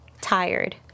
tired